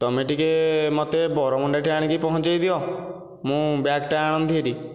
ତୁମେ ଟିକିଏ ମୋତେ ବରମୁଣ୍ଡାରେ ଆଣିକି ପହଞ୍ଚେଇଦିଅ ମୁଁ ବ୍ୟାଗ ଟା ଆଣନ୍ତି ହେରି